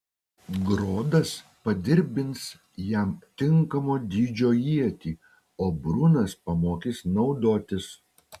grodas padirbins jam tinkamo dydžio ietį o brunas pamokys naudotis